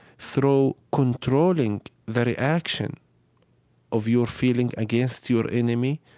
through controlling the reaction of your feeling against your enemy,